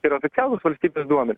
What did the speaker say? tai yra oficialūs valstybės duomen